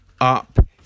up